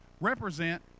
represent